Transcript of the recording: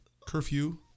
curfew